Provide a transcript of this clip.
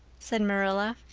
said marilla.